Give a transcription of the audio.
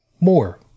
more